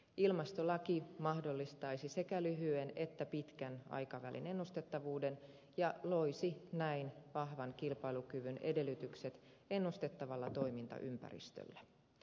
ilmastolaki mahdollistaisi sekä lyhyen että pitkän aikavälin ennustettavuuden ja loisi näin vahvan kilpailukyvyn edellytykset ennustettavalle toimintaympäristölle